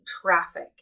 traffic